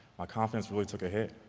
my confidence really took a hit.